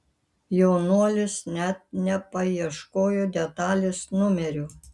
jaunuolis net nepaieškojo detalės numerio